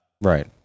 Right